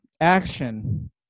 action